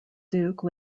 duke